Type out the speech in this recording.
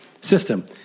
system